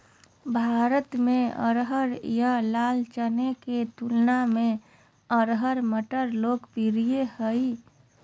भारत में अरहर या लाल चने के तुलना में अरहर मटर लोकप्रिय हइ